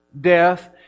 death